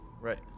Right